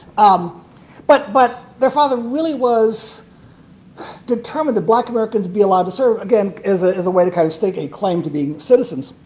um but but their father really was determined that black americans be allowed to serve, again, as ah a way to kind of stake a claim to being citizens.